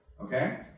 okay